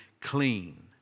clean